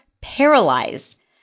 paralyzed